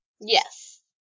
Yes